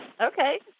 Okay